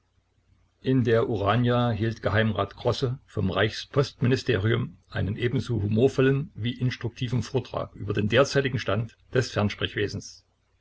in der urania hielt geheimrat grosse vom reichspostministerium einen ebenso humorvollen wie instruktiven vortrag über den derzeitigen stand des